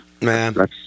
Man